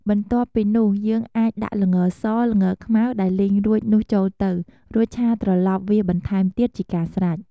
បន្ទាប់ពីនោះ យើងអាចដាក់ល្ងស ល្ងខ្មៅដែលលីងរួចនោះចូលទៅ រួចឆាត្រឡប់វាបន្ថែមទៀតជាការស្រេច។